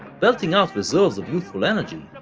belting out reserves of youthful energy,